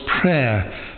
prayer